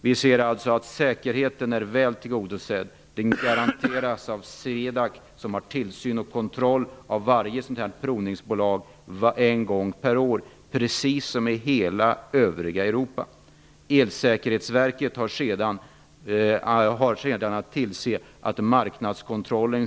Säkerheten är alltså väl tillgodosedd. Den garanteras av SWEDAC, som har tillsyn över alla provningsbolag en gång per år, precis som i övriga Elsäkerhetsverket har sedan att ansvara för marknadskontrollen.